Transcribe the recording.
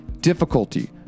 difficulty